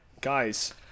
Guys